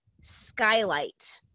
Skylight